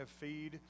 feed